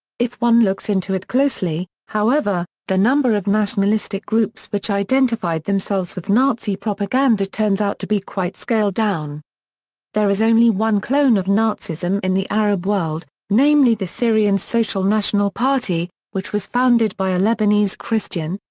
if one looks into it closely, however, the number of nationalistic groups which identified themselves with nazi propaganda turns out to be quite scaled-down. there is only one clone of nazism in the arab world, namely the syrian social national party, which was founded by a lebanese christian,